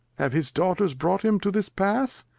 have his daughters brought him to this pass?